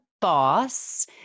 Boss